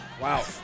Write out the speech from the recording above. Wow